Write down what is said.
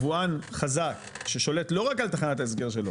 שיבואן חזק ששולט לא רק על תחנת ההסגר שלו,